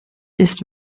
ist